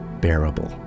bearable